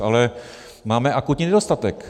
Ale máme akutní nedostatek.